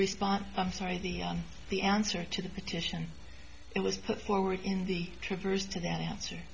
response i'm sorry the the answer to the petition it was put forward in the traverse to that answer